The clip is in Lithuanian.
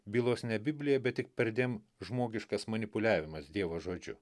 bylos ne biblija bet tik perdėm žmogiškas manipuliavimas dievo žodžiu